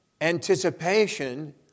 anticipation